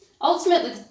Ultimately